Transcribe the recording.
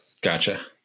Gotcha